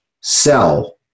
sell